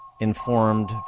informed